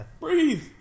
Breathe